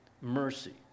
mercy